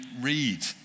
read